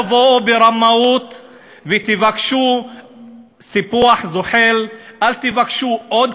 תגיש את ההצעה, אני בעד.